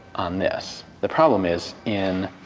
on this. the problem is in